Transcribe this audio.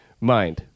mind